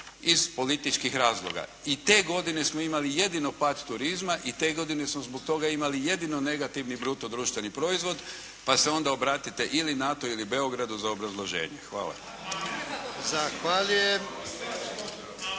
iz političkih razloga. I te godine smo imali jedino pad turizma i te godine smo zbog toga imali jedino negativno bruto društveni proizvod pa se onda obratiti ili NATO-u ili Beogradu za obrazloženje. Hvala.